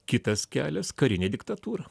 kitas kelias karinė diktatūra